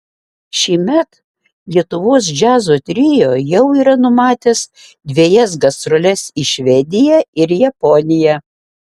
šįmet lietuvos džiazo trio jau yra numatęs dvejas gastroles į švediją ir japoniją